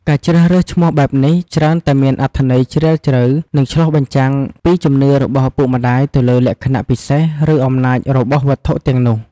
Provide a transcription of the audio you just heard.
ការជ្រើសរើសឈ្មោះបែបនេះ ច្រើនតែមានអត្ថន័យជ្រាលជ្រៅ និងឆ្លុះបញ្ចាំងពីជំនឿរបស់ឪពុកម្តាយទៅលើលក្ខណៈពិសេស ឬ អំណាចរបស់វត្ថុទាំងនោះ។